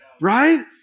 right